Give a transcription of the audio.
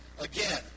Again